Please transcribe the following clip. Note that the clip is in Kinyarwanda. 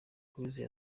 uwizeye